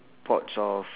pots of